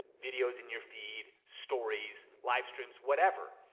videos in your feed, stories, live streams, whatever.